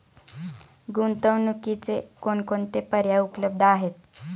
गुंतवणुकीचे कोणकोणते पर्याय उपलब्ध आहेत?